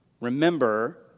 Remember